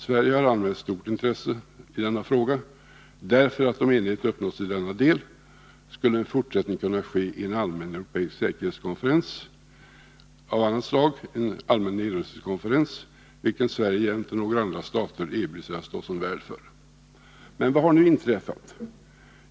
Sverige har anmält stort intresse i denna fråga, därför att om enighet uppnås i denna del skulle en fortsättning kunna ske i en allmän europeisk säkerhetskonferens av annat slag, nämligen en allmän nedrustningskonferens, vilken Sverige jämte några andra stater erbjudit sig att stå som värd för. Men vad har nu inträffat?